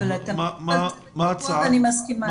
אבל אני מסכימה איתך.